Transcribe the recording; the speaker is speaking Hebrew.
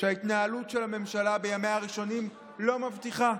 שההתנהגות של הממשלה בימיה הראשונים לא מבטיחה.